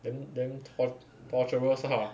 damn damn tor~ torturous lah